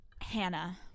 Hannah